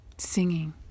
Singing